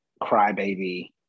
crybaby